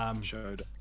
Showed